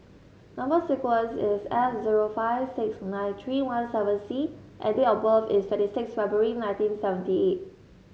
number sequence is S zero five six nine three one seven C and date of birth is twenty six February nineteen seventy eight